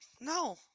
No